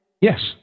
Yes